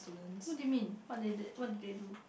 what do you mean what they did what did they do